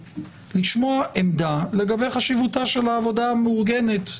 לשמוע עמדה לגבי חשיבותה של העבודה המאורגנת.